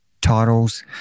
titles